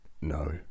no